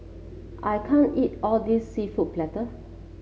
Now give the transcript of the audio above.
I can't eat all this seafood Paella